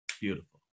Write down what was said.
beautiful